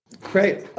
Great